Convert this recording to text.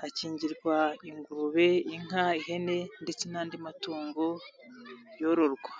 hakingirwa ingurube, inka, ihene, ndetse n'andi matungo yororwa.